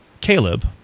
Caleb